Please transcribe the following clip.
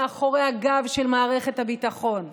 מאחורי הגב של מערכת הביטחון,